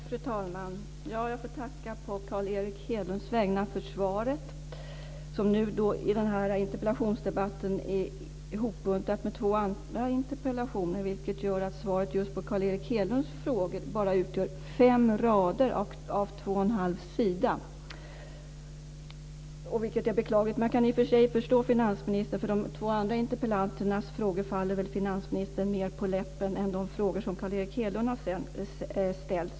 Fru talman! Jag får tacka på Carl Erik Hedlunds vägnar för svaret, som i den här interpellationsdebatten är ihopbuntat med två andra interpellationer. Detta gör att svaret på just Carl Erik Hedlunds frågor bara utgör fem rader av två och en halv sida, vilket är beklagligt. I och för sig kan jag förstå finansministern, för de två andra interpellanternas frågor faller väl honom mer på läppen än de frågor som Carl Erik Hedlund har ställt.